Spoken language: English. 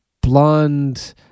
blonde